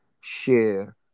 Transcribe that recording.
share